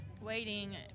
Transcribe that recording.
waiting